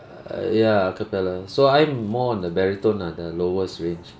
err ya a capella so I'm more on the baritone lah the lowest range